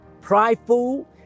prideful